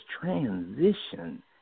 transition